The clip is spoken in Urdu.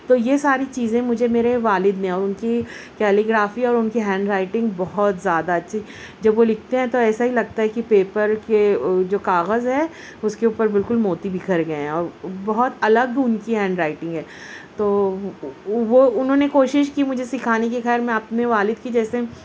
تو یہ ساری چیزیں مجھے میرے والد نے اور ان کی کیلی گرافی اور ان کی ہینڈ رائٹنگ بہت زیادہ اچھی جب وہ لکھتے ہیں تو ایسا ہی لگتا ہے کہ پیپر کے جو کاغذ ہیں اس کے اوپر بالکل موتی بکھر گئے ہیں اور بہت الگ ان کی ہینڈ رائٹنگ ہے تو وہ وہ انہوں نے کوشش کی مجھے سکھانے کی خیر میں اپنے والد کی جیسے